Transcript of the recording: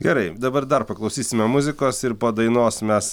gerai dabar dar paklausysime muzikos ir po dainos mes